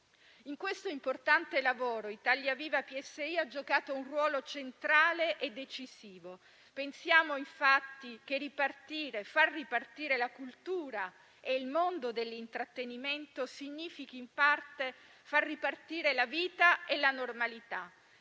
In questo importante lavoro, Italia Viva-PSI ha giocato un ruolo centrale e decisivo. Pensiamo infatti che far ripartire la cultura e il mondo dell'intrattenimento significhi in parte far ripartire la vita e la normalità.